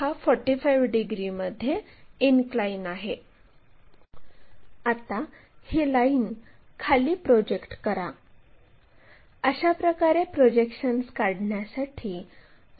यास r2 म्हणले मग हे वर प्रोजेक्ट केले